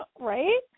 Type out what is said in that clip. Right